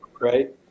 right